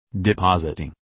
Depositing